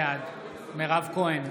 בעד מירב כהן,